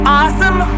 awesome